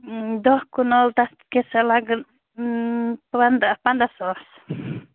دَہ کنال تتھ کیٛاہ سا لَگَن پَنٛداہ پَنٛداہ ساس